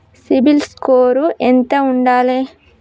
CIBIL score ఎంత ఉండాలే?